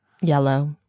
Yellow